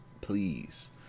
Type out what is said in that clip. please